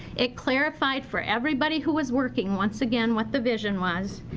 it clarified for everybody who was working, once again what the vision was.